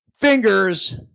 fingers